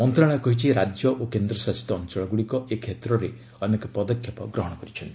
ମନ୍ତ୍ରଣାଳୟ କହିଛି ରାଜ୍ୟ ଓ କେନ୍ଦ୍ର ଶାସିତ ଅଞ୍ଚଳଗୁଡ଼ିକ ଏ କ୍ଷେତ୍ରରେ ଅନେକ ପଦକ୍ଷେପ ଗ୍ରହଣ କରିଛନ୍ତି